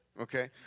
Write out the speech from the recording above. Okay